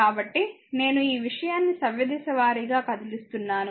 కాబట్టి నేను ఈ విషయాన్ని సవ్యదిశ వారీగా కదిలిస్తున్నాను